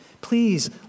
please